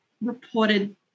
reported